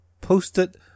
posted